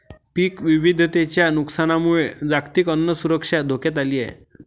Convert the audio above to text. पीक विविधतेच्या नुकसानामुळे जागतिक अन्न सुरक्षा धोक्यात आली आहे